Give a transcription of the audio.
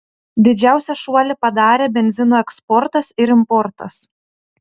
didžiausią šuolį padarė benzino eksportas ir importas